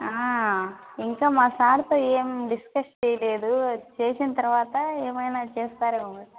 ఇంకా మా సార్తో ఏం డిస్కస్ చేయలేదు చేసిన తర్వాత ఏమైనా చేస్తారేమొ